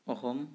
Assam